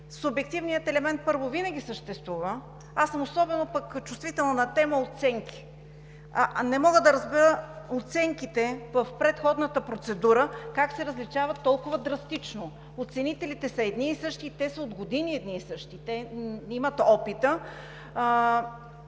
субективният елемент, първо, винаги съществува. Аз съм особено чувствителна пък на тема „оценки“. Не мога да разбера оценките по предходната процедура как се различават толкова драстично. Оценителите са едни и същи, от години са едни и същи, те имат опита.